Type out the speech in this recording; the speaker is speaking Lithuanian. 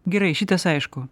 gerai šitas aišku